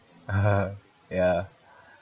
ya